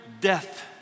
death